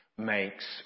makes